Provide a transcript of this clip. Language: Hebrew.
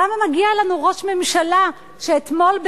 למה מגיע לנו ראש ממשלה שאתמול אומר